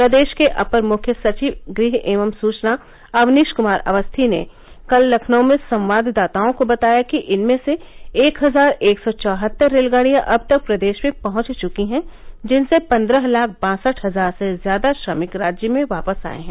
प्रदेश के अपर मुख्य सचिव गृह एवं सुचना अवनीश क्मार अवस्थी ने कल लखनऊ में संवाददाताओं को बताया कि इनमें से एक हजार एक सौ चौहत्तर रेलगाड़ियां अब तक प्रदेश पहुंच चुकी हैं जिनसे पन्द्रह लाख बासठ हजार से ज्यादा श्रमिक राज्य में वापस आये हैं